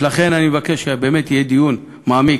אני מבקש שבאמת יהיה דיון מעמיק.